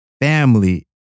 family